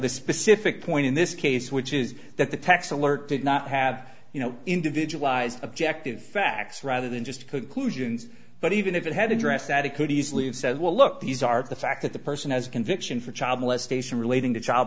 the specific point in this case which is that the tax alert did not have you know individualized objective facts rather than just cuckoos humans but even if it had address that it could easily have said well look these are the fact that the person has a conviction for child molestation relating to child